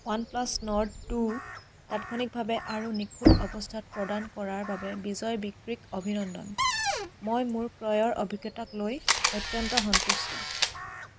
OnePlus Nord two তাৎক্ষণিকভাৱে আৰু নিখুঁত অৱস্থাত প্ৰদান কৰাৰ বাবে বিজয় বিক্ৰীক অভিনন্দন মই মোৰ ক্ৰয়ৰ অভিজ্ঞতাক লৈ অত্যন্ত সন্তুষ্ট